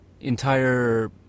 entire